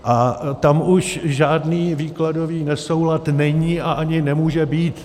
A tam už žádný výkladový nesoulad není a ani nemůže být.